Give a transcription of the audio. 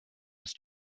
was